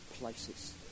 places